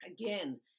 Again